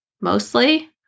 mostly